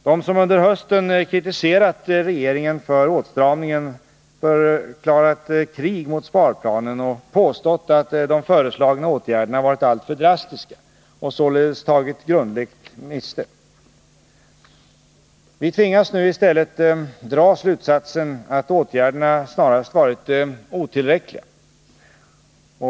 De som under hösten kritiserat regeringen för åtstramningen, förklarat krig mot sparplanen och påstått att de föreslagna åtgärderna varit alltför drastiska har således tagit grundligt miste. Vi tvingas nu i stället dra slutsatsen att åtgärderna snarast varit otillräckliga.